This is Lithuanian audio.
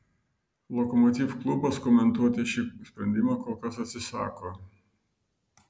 lokomotiv klubas komentuoti šį sprendimą kol kas atsisako